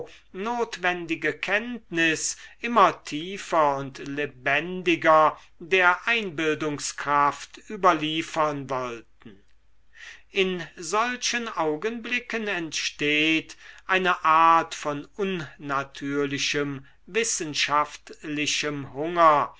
notwendige kenntnis immer tiefer und lebendiger der einbildungskraft überliefern wollten in solchen augenblicken entsteht eine art von unnatürlichem wissenschaftlichem hunger